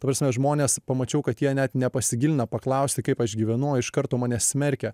ta prasme žmonės pamačiau kad jie net nepasigilina paklausti kaip aš gyvenu o iš karto mane smerkia